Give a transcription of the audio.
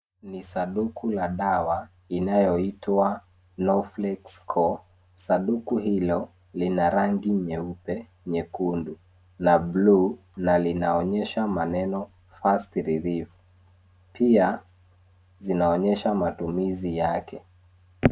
Ni sanduku ya dawa inayoitwa lauflaxe co sanduku hilo lina rangi nyeupe nyekundu na buluu na linaonyesha maneneo fast relieve pia zinaonyesha matumizi yake.